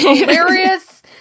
hilarious